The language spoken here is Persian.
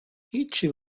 هیچی